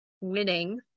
Winning